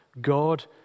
God